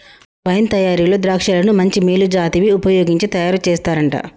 wine తయారీలో ద్రాక్షలను మంచి మేలు జాతివి వుపయోగించి తయారు చేస్తారంట